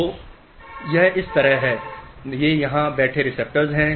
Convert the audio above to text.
तो यह इस तरह है ये यहाँ बैठे रिसेप्टर्स हैं